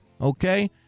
okay